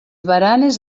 baranes